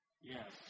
Yes